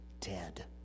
dead